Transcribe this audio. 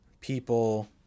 people